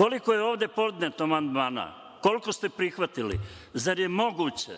Koliko je ovde podneto amandmana? Koliko ste prihvatili? Zar je moguće